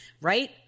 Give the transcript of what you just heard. Right